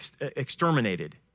exterminated